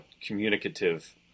communicative